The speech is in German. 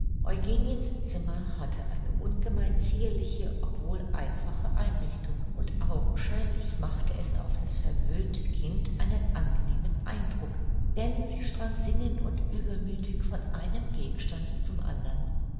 eugeniens zimmer hatte eine ungemein zierliche obwohl einfache einrichtung und augenscheinlich machte es auf das verwöhnte kind einen angenehmen eindruck denn sie sprang singend und übermüthig von einem gegenstand zum andern